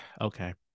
okay